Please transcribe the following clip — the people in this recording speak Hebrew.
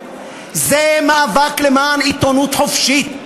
זה מאבק למען עיתונות חופשית,